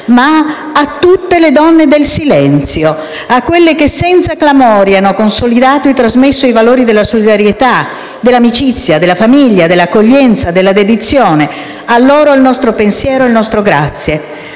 a tutte le donne del silenzio; a quelle donne che, senza clamori, hanno consolidato e trasmesso i valori della solidarieta, dell’amicizia, della famiglia, dell’accoglienza e della dedizione. A loro vanno il nostro pensiero e il nostro